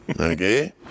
Okay